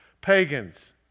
Pagans